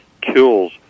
kills